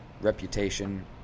reputation